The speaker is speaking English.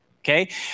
Okay